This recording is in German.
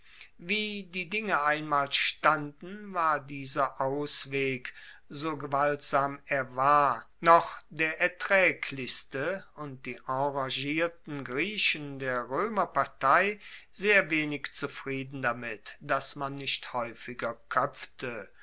wie die dinge einmal standen war dieser ausweg so gewaltsam er war noch der ertraeglichste und die enragierten griechen der roemerpartei sehr wenig zufrieden damit dass man nicht haeufiger koepfte